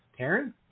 Taryn